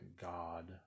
God